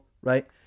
Right